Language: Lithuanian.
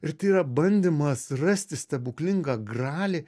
ir tai yra bandymas rasti stebuklingą gralį